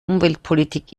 umweltpolitik